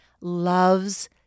loves